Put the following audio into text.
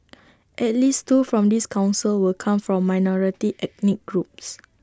at least two from this Council will come from minority ethnic groups